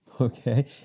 Okay